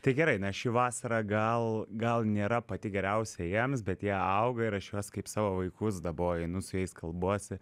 tai gerai nes ši vasara gal gal nėra pati geriausia jiems bet jie auga ir aš juos kaip savo vaikus daboju einu su jais kalbuosi